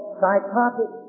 psychotic